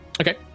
okay